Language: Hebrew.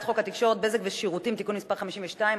התקשורת (בזק ושידורים) (תיקון מס' 52),